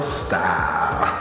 style